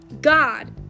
God